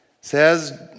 says